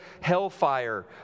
hellfire